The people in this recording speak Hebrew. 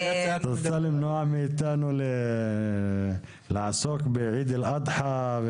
את רוצה למנוע מאתנו לעסוק באיד אל-אדחא,